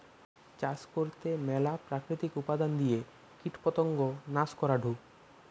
চাষ করতে ম্যালা প্রাকৃতিক উপাদান দিয়ে কীটপতঙ্গ নাশ করাঢু